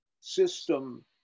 system